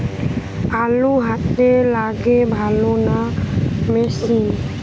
আলু হাতে লাগালে ভালো না মেশিনে?